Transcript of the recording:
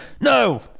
No